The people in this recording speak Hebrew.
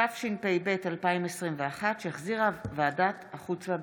התשפ"ב 2021, שהחזירה ועדת החוץ והביטחון.